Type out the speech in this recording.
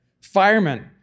Firemen